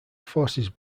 forces